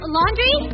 Laundry